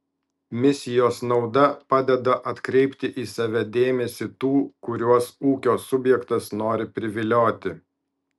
misijos nauda padeda atkreipti į save dėmesį tų kuriuos ūkio subjektas nori privilioti